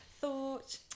thought